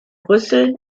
brüssel